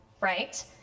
right